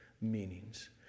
meanings